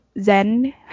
Zen